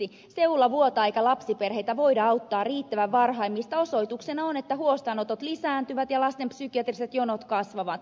seula vuotaa eikä lapsiperheitä voida auttaa riittävän varhain mistä osoituksena on että huostaanotot lisääntyvät ja lastenpsykiatriset jonot kasvavat